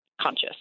conscious